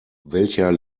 welcher